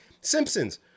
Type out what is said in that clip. Simpsons